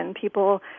People